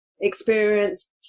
experience